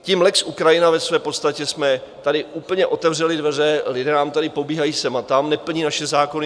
Tím lex Ukrajina ve své podstatě jsme tady úplně otevřeli dveře, lidé nám tady pobíhají sem a tam, neplní naše zákony.